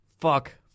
Fuck